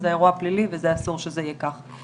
זה אירוע פלילי ואסור שזה יהיה כך.